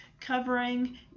covering